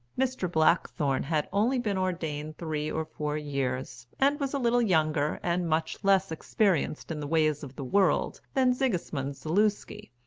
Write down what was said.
mr. blackthorne had only been ordained three or four years, and was a little younger, and much less experienced in the ways of the world, than sigismund zaluski.